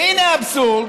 והינה האבסורד: